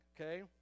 okay